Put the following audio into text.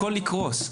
הכול יקרוס.